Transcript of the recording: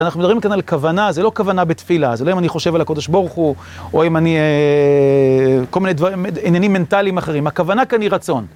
אנחנו מדברים כאן על כוונה, זה לא כוונה בתפילה. זה לא אם אני חושב על הקודש בורכו או אם אני... כל מיני דברים, עניינים מנטליים אחרים. הכוונה כאן היא רצון.